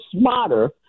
smarter